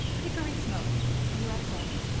hickory smoked u s a.